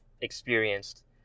experienced